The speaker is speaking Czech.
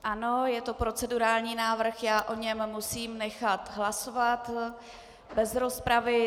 Ano, je to procedurální návrh, já o něm musím nechat hlasovat bez rozpravy.